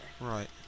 Right